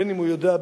בין שהוא יודע,